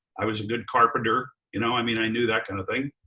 i was a good carpenter. you know i mean, i knew that kind of thing.